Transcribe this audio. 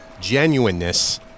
genuineness